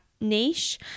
niche